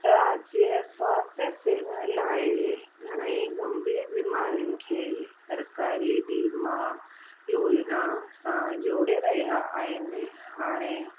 राज्य स्वास्थय सेवा लाइ घणेई गंभीर बिमारियुनि खे सरकारी बीमा योजना सां जोड़े रहिया आहिनि हाणे